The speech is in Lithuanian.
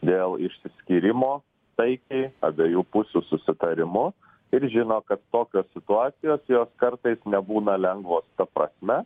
dėl išsiskyrimo taikiai abiejų pusių susitarimu ir žino kad tokios situacijos jos kartais nebūna lengvos ta prasme